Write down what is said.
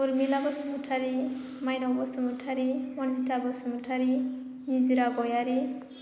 Urmila Basumatary Mainao Basumatary Anjita Basumatary Nijira Gayari